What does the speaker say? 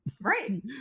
Right